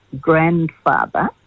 grandfather